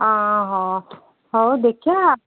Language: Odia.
ଅ ହ ହଉ ଦେଖିବା